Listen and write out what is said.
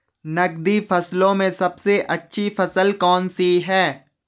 नकदी फसलों में सबसे अच्छी फसल कौन सी है?